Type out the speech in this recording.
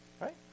Right